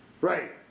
Right